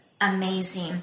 amazing